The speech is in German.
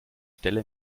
stelle